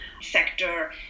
sector